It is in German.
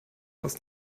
das